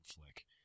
flick